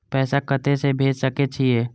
पैसा कते से भेज सके छिए?